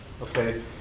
okay